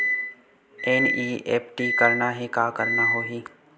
NEFT करना हे का करना होही?